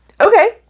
okay